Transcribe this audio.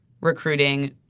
recruiting